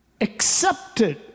accepted